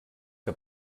que